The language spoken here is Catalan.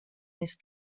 més